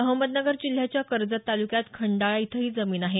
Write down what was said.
अहमदनगर जिल्ह्याच्या कर्जत तालुक्यात खंडाळा इथं ही जमीन आहे